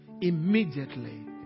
immediately